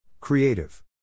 Creative